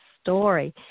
story